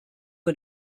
for